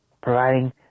providing